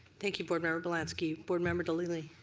thank you board member bielanski. board member dalili.